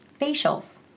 facials